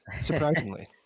surprisingly